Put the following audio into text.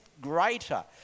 greater